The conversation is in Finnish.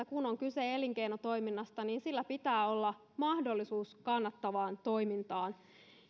kun on kyse elinkeinotoiminnasta niin sillä pitää olla mahdollisuus kannattavaan toimintaan